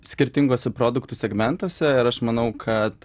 skirtinguose produktų segmentuose ir aš manau kad